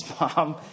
Mom